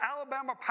Alabama